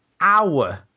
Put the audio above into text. hour